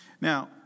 Now